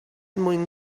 mwyn